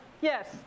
Yes